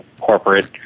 corporate